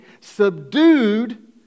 subdued